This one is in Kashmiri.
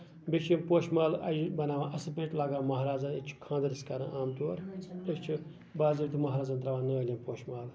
بہٕ چھُس بیٚیہِ پوشہٕ مال بَناوان اَصٕل پٲٹھۍ لگان مہرازس أتی چھِ خاندر أسۍ کران عام طور أسۍ چھِ باضٲبطہٕ مَہرازن تراوان نٲلۍ یِم پوشہٕ مالہٕ